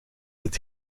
het